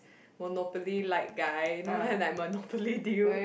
monopoly like guy you know like like monopoly deal